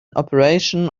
operation